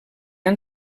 han